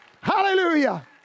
Hallelujah